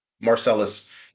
Marcellus